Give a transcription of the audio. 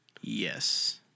Yes